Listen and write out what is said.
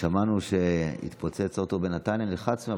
כששמענו שהתפוצץ אוטו בנתניה נלחצנו,